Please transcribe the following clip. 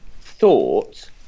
thought